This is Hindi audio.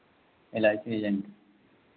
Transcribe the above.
एल आई सी एजेंट हूँ